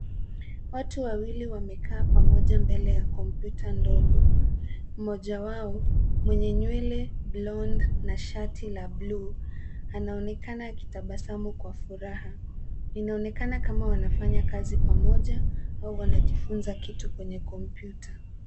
Watu wawili wamekaa pamoja mbele ya kompyuta ndogo . Mmoja wao mwenye nywele blonde na shati la bluu anaonekana akitabasamu kwa furaha. Inaonekana kama wanafanya kazi pamoja au wanajifunza kitu kwenye kompyuta.